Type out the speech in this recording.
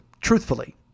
truthfully